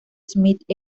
smith